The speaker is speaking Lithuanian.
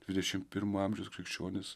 dvidešimt pirmojo amžiaus krikščionys